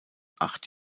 acht